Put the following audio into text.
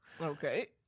Okay